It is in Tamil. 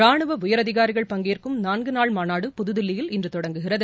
ரானுவ உயரதிகாரிகள் பங்கேற்கும் நான்கு நாள் மாநாடு புதுதில்லியில் இன்று தொடங்குகிறது